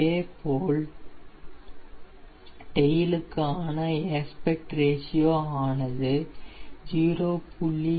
இதேபோல் டெயிலுகான aspect ratio ஆனது 0